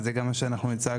וזה גם מה שאנחנו הצגנו,